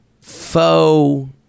faux